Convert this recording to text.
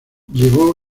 llevó